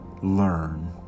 learn